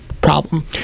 problem